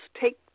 take